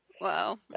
Wow